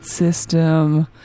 System